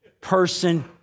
person